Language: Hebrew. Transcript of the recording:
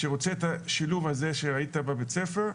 שרוצה את השילוב הזה שראית בבית הספר.